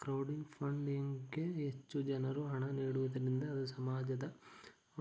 crowding funding ಗೆ ಹೆಚ್ಚು ಜನರು ಹಣ ನೀಡುವುದರಿಂದ ಅದು ಸಮಾಜದ